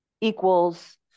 Equals